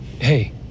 Hey